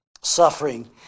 suffering